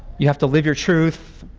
you have to live your truth.